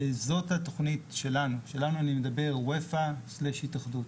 וזאת התוכנית שלנו, של אופ"א/התאחדות.